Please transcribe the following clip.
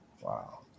wow